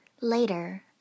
Later